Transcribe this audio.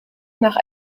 nach